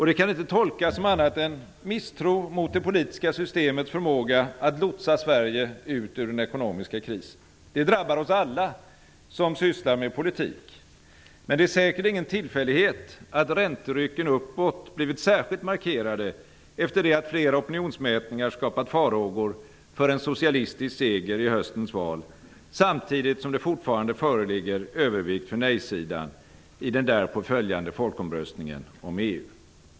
Det kan inte tolkas som annat än misstro mot det politiska systemets förmåga att lotsa Sverige ut ur den ekonomiska krisen. Det drabbar oss alla som sysslar med politik. Men det är säkert ingen tillfällighet att ränterycken uppåt blivit särskilt markerade efter det att flera opinionsmätningar skapat farhågor för en socialistisk seger i höstens val, samtidigt som det fortfarande föreligger övervikt för nejsidan i den därpå följande folkomröstningen om EU.